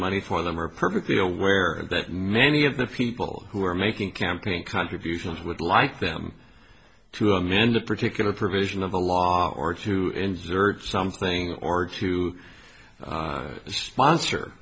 money for them are perfectly aware that many of the people who are making campaign contributions would like them to amend a particular provision of the law or to insert something or to sponsor